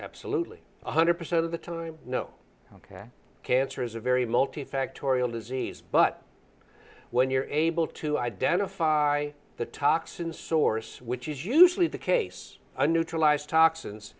absolutely one hundred percent of the time no ok cancer is a very multi factorial disease but when you're able to identify the toxins source which is usually the case a neutral eyes toxins